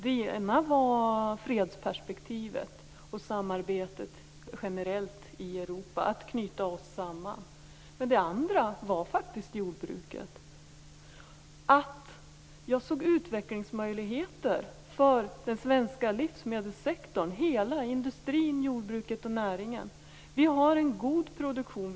Det ena var fredsperspektivet, samarbetet generellt i Europa - att knyta oss samman. Det andra var faktiskt jordbruket. Jag såg utvecklingsmöjligheter för den svenska livsmedelssektorn, hela industrin, jordbruket och näringen. Vi har en god produktion.